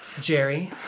Jerry